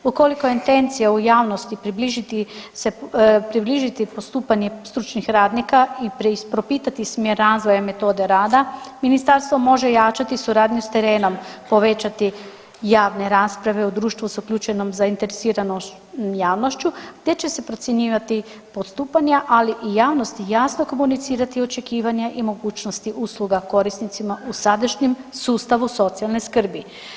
Ukoliko je intencija u javnosti približiti se, približiti postupanje stručnih radnika i propitati smjer razvoja i metode rada ministarstvo može jačati suradnju s terenom, povećati javne rasprave u društvu s uključenom zainteresiranom javnošću te će se procjenjivati postupanja ali i javnosti jasno komunicirati očekivanja i mogućnosti usluga korisnicima u sadašnjem sustavu socijalne skrbi.